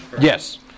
Yes